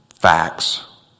facts